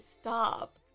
Stop